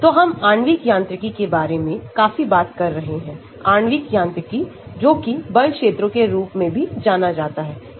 तो हम आणविक यांत्रिकी के बारे में काफी बात कर रहे हैं आणविक यांत्रिकी जोकि बल क्षेत्रों के रूप में भी जाना जाता है